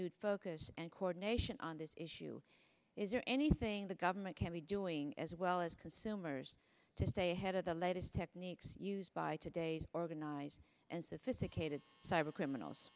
new focus and coordination issue is there anything the government can be doing as well as consumers to stay ahead of the latest techniques used by today's organized and sophisticated cyber criminals